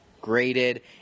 graded